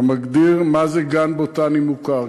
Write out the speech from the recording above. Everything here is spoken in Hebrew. המגדיר מה זה גן בוטני מוכר,